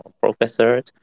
professors